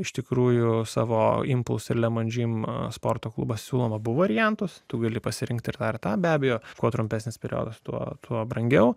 iš tikrųjų savo impuls ir lemon džym sporto klubas siūlom abu variantus tu gali pasirinkti ir dar tą be abejo kuo trumpesnis periodas tuo brangiau